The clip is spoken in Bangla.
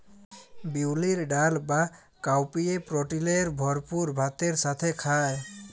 বিউলির ডাল বা কাউপিএ প্রটিলের ভরপুর ভাতের সাথে খায়